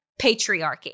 patriarchy